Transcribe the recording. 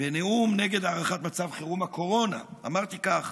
בנאום נגד הארכת מצב חירום הקורונה, אמרתי כך: